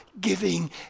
giving